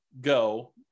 go